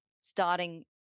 starting